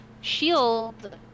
Shield